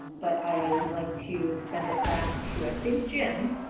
but i would like to send it back to i think jim